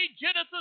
Genesis